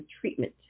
treatment